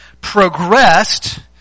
progressed